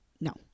No